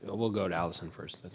but we'll go to alyson first.